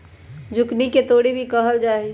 zucchini के तोरी भी कहल जाहई